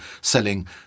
selling